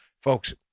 Folks